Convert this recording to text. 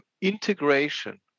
Integration